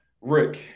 Rick